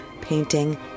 painting